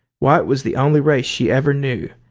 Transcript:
white was the only race she ever knew.